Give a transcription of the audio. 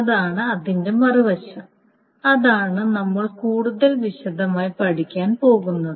അതാണ് അതിന്റെ മറുവശം അതാണ് നമ്മൾ കൂടുതൽ വിശദമായി പഠിക്കാൻ പോകുന്നത്